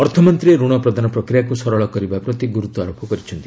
ଅର୍ଥମନ୍ତ୍ରୀ ରଣ ପ୍ରଦାନ ପ୍ରକ୍ରିୟାକୁ ସରଳ କରିବା ପ୍ରତି ଗୁରୁତ୍ୱାରୋପ କରିଛନ୍ତି